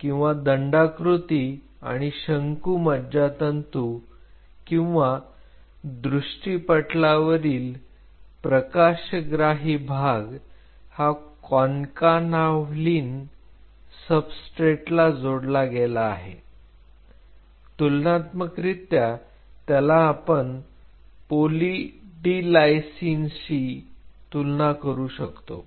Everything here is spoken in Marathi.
किंवा दंडाकृती आणि शंकु मज्जातंतू किंवा दृष्टी पटलावरील प्रकाशग्राही भाग हा कॉन्कानाव्हलिन सबस्ट्रेटला जोडला गेला आहे तुलनात्मक रित्या त्याला आपण पोलि डी लायसिनशी तुलना करु शकतो